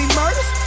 murders